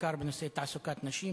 בעיקר בנושא תעסוקת נשים,